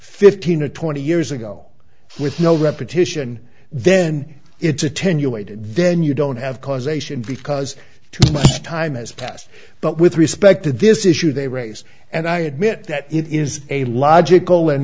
fifteen or twenty years ago with no repetition then it's attenuated then you don't have causation because too much time has passed but with respect to this issue they raise and i admit that it is a logical